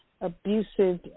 abusive